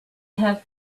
have